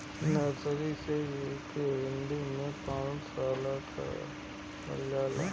nursery के हिंदी में पौधशाला कहल जाला